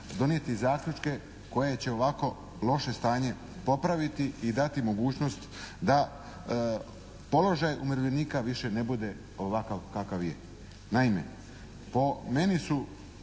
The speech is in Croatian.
donijeti zaključke koje će ovako loše stanje popraviti i dati mogućnost da položaj umirovljenika više ne bude ovakav kakav je.